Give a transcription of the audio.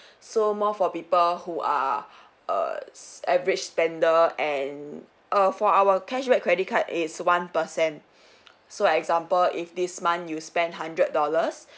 so more for people who are err s~ average spender and err for our cashback credit card is one percent so example if this month you spend hundred dollars